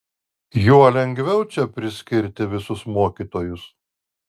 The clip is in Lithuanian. juo lengviau čia priskirti visus mokytojus